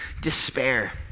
despair